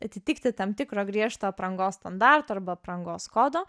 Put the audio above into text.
atitikti tam tikro griežto aprangos standarto arba aprangos kodo